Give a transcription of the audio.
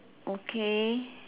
okay